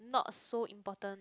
not so important